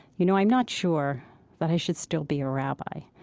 you know, i'm not sure that i should still be a rabbi,